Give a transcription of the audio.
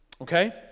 okay